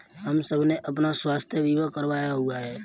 हम सबने अपना स्वास्थ्य बीमा करवाया हुआ है